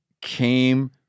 came